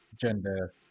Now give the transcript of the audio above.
gender